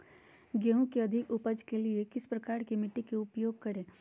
गेंहू की अधिक उपज के लिए किस प्रकार की मिट्टी का उपयोग करे?